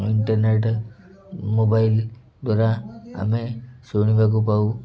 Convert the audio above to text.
internet mobile ଦ୍ୱାରା ଆମେ ଶୁଣିବାକୁ ପାଉ